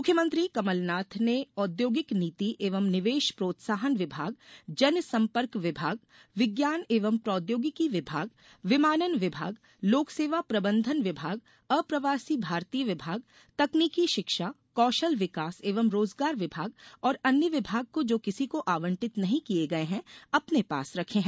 मुख्यमंत्री कमलनाथ ने औद्योगिक नीति एवं निवेश प्रोत्साहन विभाग जनसम्पर्क विभाग विज्ञान एवं प्रौद्योगिकी विभाग विमानन विभाग लोक सेवा प्रबंधन विभाग अप्रवासी भारतीय विभाग तकनीकी शिक्षा कौशल विकास एवं रोजगार विभाग और अन्य विभाग जो किसी को आवंटित नहीं किये गये हैं अपने पास रखे हैं